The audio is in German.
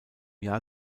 jahr